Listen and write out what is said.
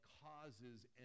causes